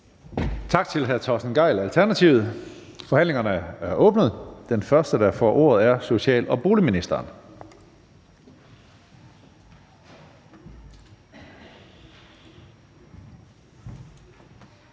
Tak til hr. Torsten Gejl, Alternativet. Forhandlingen er åbnet, og den første, der får ordet, er social- og boligministeren.